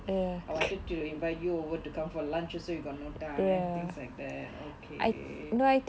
I wanted to invite you over to come for lunch also you got no time things like that okay